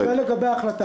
אבל אני שואל לגבי ההחלטה.